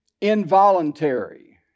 involuntary